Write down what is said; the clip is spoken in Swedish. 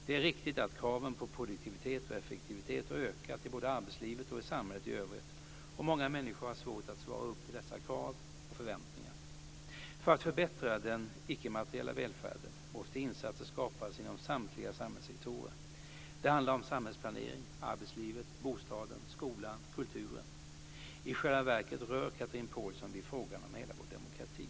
Det är riktigt att kraven på produktivitet och effektivitet har ökat i både arbetslivet och i samhället i övrigt och många människor har svårt att svara upp till dessa krav och förväntningar. För att förbättra den ickemateriella välfärden måste insatser skapas inom samtliga samhällssektorer. Det handlar om samhällsplaneringen, arbetslivet, bostaden, skolan, kulturen. I själva verket rör Chatrine Pålsson vid frågan om hela vår demokrati.